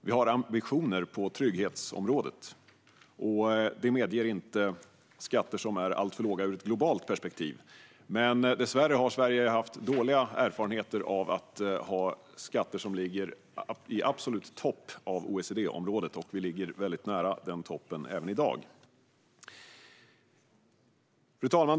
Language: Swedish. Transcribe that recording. Vi har ambitioner på trygghetsområdet. Det medger inte skatter som är alltför låga ur ett globalt perspektiv. Dessvärre har Sverige haft dåliga erfarenheter av att ha haft skatter som ligger i absoluta toppen i OECD-området, och vi ligger väldigt nära den toppen även i dag. Fru talman!